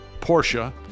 Porsche